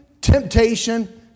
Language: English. temptation